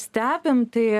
stebim tai